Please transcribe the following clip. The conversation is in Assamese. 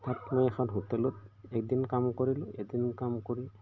তাত মই এখন হোটেলত একদিন কাম কৰিলোঁ এদিন কাম কৰি